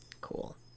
Cool